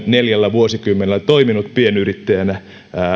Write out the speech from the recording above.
neljällä vuosikymmenellä toiminut pienyrittäjänä